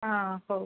ହଁ ହଉ